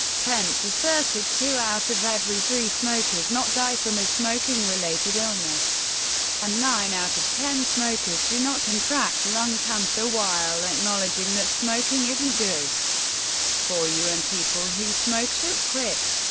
pence asserted, two out of every three smokers not die from a smoking related illness and nine out of ten smokers do not contract lung cancer, while acknowledging that smoking isn't good for you and people who smoke should quit.